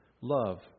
love